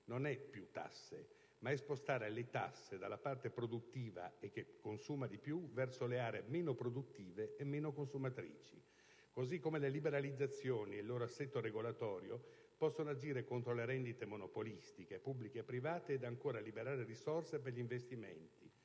più tasse, ma spostare le tasse dalla parte produttiva e che consuma di più verso le aree meno produttive e meno consumatrici. Così come le liberalizzazioni e il loro assetto regolatorio possono agire contro le rendite monopolistiche, pubbliche e private, ed ancora liberare risorse per gli investimenti